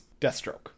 Deathstroke